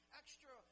extra